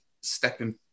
stepping